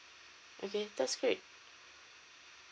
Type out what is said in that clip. okay that's great